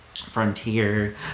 frontier